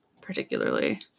Particularly